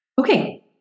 Okay